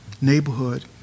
neighborhood